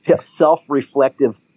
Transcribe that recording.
self-reflective